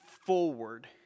forward